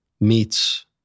meets